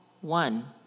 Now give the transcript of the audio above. one